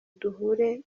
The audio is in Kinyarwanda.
duhure